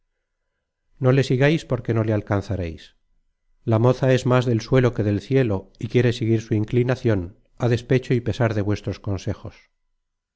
no le sigais porque no le alcanzareis la moza es más del suelo que del cielo y quiere seguir su inclinacion á despecho y pesar de vuestros consejos